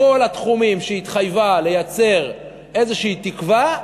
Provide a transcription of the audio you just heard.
בכל התחומים שהיא התחייבה לייצר איזושהי תקווה,